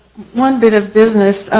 one bit of business,